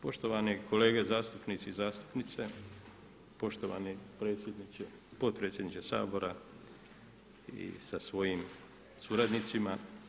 Poštovani kolege zastupnici i zastupnice, poštovani potpredsjedniče Sabora sa svojim suradnicima.